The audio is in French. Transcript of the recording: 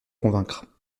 convaincre